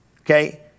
okay